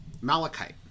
malachite